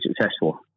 successful